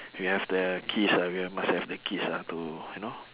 we have the keys ah we are must have the keys ah to you know